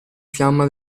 fiamma